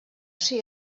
ser